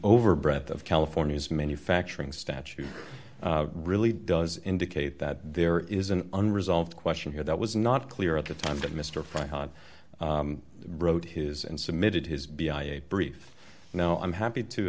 over breath of california's manufacturing statute really does indicate that there is an unresolved question here that was not clear at the time that mr fry hot broke his and submitted his b i a brief now i'm happy to